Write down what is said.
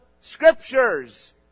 Scriptures